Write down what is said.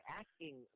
asking